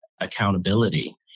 accountability